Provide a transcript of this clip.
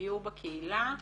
דיור בקהילה,